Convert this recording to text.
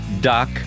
duck